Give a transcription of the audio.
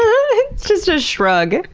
um just a shrug.